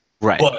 Right